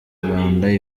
rubanda